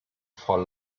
for